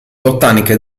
botanica